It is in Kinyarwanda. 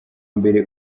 mbere